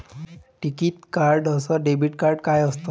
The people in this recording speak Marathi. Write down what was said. टिकीत कार्ड अस डेबिट कार्ड काय असत?